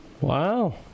Wow